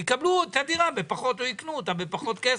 יקבלו את הדירה בפחות או יקנו אותה בפחות כסף?